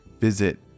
visit